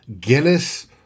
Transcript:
Guinness –